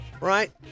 Right